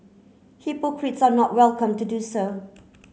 hypocrites are not welcome to do so